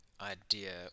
idea